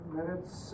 Minutes